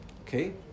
Okay